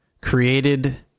created